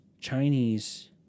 Chinese